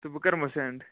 تہٕ بہٕ کَرٕہو سینٛڈ